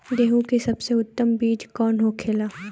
गेहूँ की सबसे उत्तम बीज कौन होखेला?